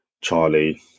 Charlie